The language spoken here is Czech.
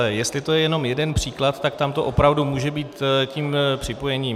Jestli to je jenom jeden příklad, tak tam to opravdu může být tím připojením.